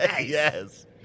Yes